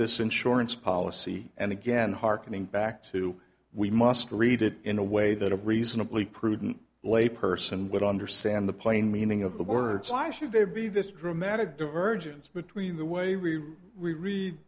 this insurance policy and again hearkening back to we must read it in a way that a reasonably prudent layperson would understand the plain meaning of the words why should there be this dramatic divergence between the way we read